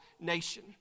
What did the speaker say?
nation